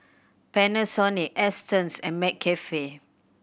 Panasonic Astons and McCafe